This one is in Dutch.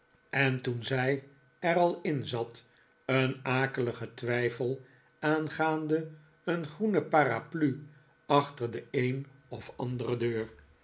en toen zij er al inzat een akeligen twijfel aangaande een groene paraplu achter de een of andere deur